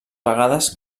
vegades